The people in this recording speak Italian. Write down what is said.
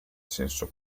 senso